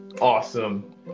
awesome